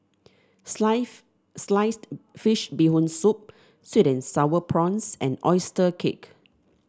Sliced Fish Bee Hoon Soup sweet and sour prawns and oyster cake